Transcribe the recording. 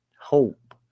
hope